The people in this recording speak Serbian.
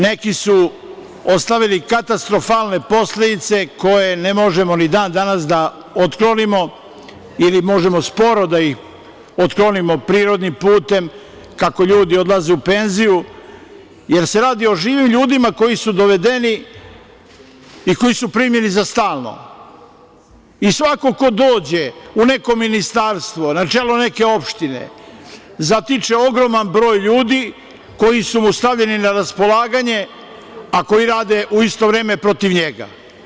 Neki su ostavili katastrofalne posledice koje ne možemo ni dan danas da otklonimo ili možemo sporo da ih otklonimo prirodnim putem kako ljudi odlaze u penziju, jer se radi o živim ljudima koji su dovedeni i koji su primljeni za stalno i svako ko dođe u neko ministarstvo, na čelo neke opštine zatiče ogroman broj ljudi koji su mu stavljeni na raspolaganje, a koji rade u isto vreme protiv njega.